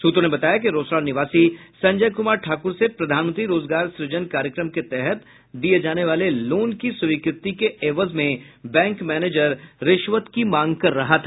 सूत्रों ने बताया कि रोसड़ा निवासी संजय कुमार ठाकुर से प्रधानमंत्री रोजगार सूजन कार्यक्रम के तहत दिये जाने वाले लोन की स्वीकृति के एवज मे बैंक मैनेजर रिश्वत की मांग कर रहा था